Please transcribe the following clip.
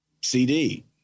CD